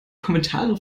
kommentare